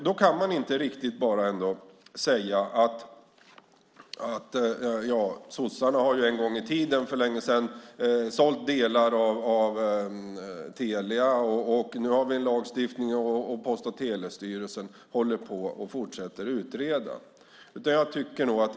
Då kan man inte bara säga att sossarna en gång i tiden för länge sedan sålt delar av Telia, och nu har vi en lagstiftning och Post och telestyrelsen håller på att fortsätta att utreda.